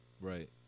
Right